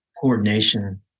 coordination